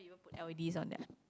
put l_e_ds on their